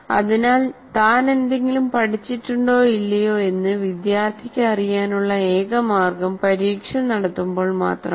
അതിനാൽ താൻ എന്തെങ്കിലും പഠിച്ചിട്ടുണ്ടോ ഇല്ലയോ എന്ന് വിദ്യാർത്ഥിക്ക് അറിയാനുള്ള ഏക മാർഗം പരീക്ഷ നടത്തുമ്പോൾ മാത്രമാണ്